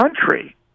country